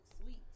sweet